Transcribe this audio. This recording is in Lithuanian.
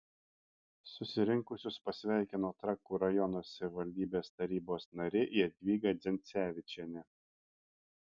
susirinkusius pasveikino trakų rajono savivaldybės tarybos narė jadvyga dzencevičienė